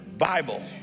Bible